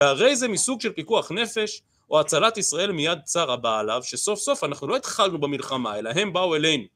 והרי זה מסוג של פיקוח נפש או הצלת ישראל מיד צר הבא עליו שסוף סוף אנחנו לא התחלנו במלחמה אלא הם באו אלינו